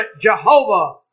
Jehovah